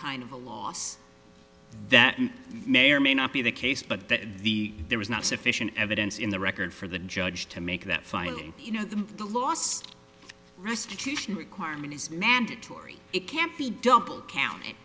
kind of a loss that may or may not be the case but that there was not sufficient evidence in the record for the judge to make that final you know the the last restitution requirement is mandatory it can't be double count